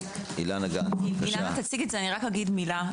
אילנה תציג את זה ורק אומר מילה.